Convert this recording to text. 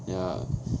ya